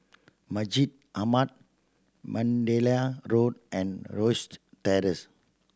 Masjid Ahmad Mandalay Road and Rosyth Terrace